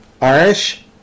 Irish